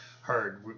heard